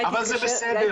אבל זה בסדר,